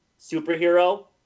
superhero